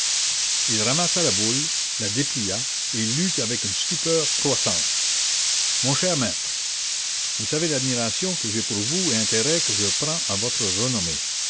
il ramassa la boule la déplia et lut avec une stupeur croissante mon cher maître je vous en supplie si j'ai un conseil à vous donner c'est de ne pas vous occuper de l'affaire pour laquelle on sollicite votre concours vous savez l'admiration que j'ai pour vous et l'intérêt que je prends à votre renommée